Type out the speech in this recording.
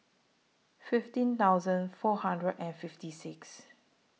fifteen thousand four hundred and fifty six